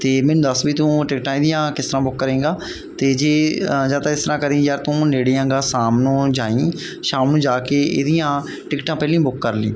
ਅਤੇ ਮੈਨੂੰ ਦੱਸ ਵੀ ਤੂੰ ਟਿਕਟਾਂ ਇਹਦੀਆਂ ਕਿਸ ਤਰ੍ਹਾਂ ਬੁੱਕ ਕਰੇਗਾ ਅਤੇ ਜੇ ਜਾਂ ਤਾਂ ਇਸ ਤਰ੍ਹਾਂ ਕਰੀ ਯਾਰ ਤੂੰ ਨੇੜੇ ਹੈਗਾ ਸ਼ਾਮ ਨੂੰ ਜਾਈ ਸ਼ਾਮ ਨੂੰ ਜਾ ਕੇ ਇਹਦੀਆਂ ਟਿਕਟਾਂ ਪਹਿਲੀਆਂ ਬੁੱਕ ਕਰ ਲਈ